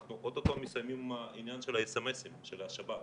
אנחנו אוטוטו מסיימים את העניין של האס.אמ.אסים של השב"כ,